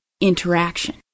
interaction